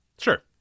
Sure